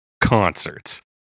Concerts